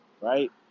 right